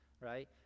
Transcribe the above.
right